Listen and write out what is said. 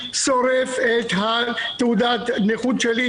שורף את תעודת הנכות שלי,